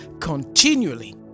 continually